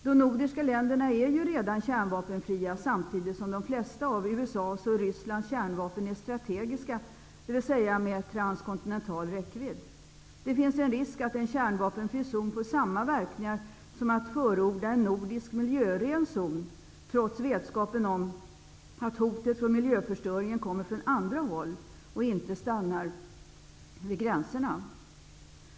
De nordiska länderna är ju redan kärnvapenfria samtidigt som de flesta av USA:s och Rysslands kärnvapen är strategiska, dvs. att de har en transkontinental räckvidd. Det finns en risk för att en kärnvapenfri zon får samma verkningar som en förordad nordisk miljören zon, trots vetskapen om att hotet från miljöförstöringen kommer från andra håll och inte stannar vid gränserna.